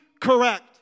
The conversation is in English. correct